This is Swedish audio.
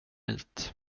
hit